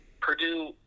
Purdue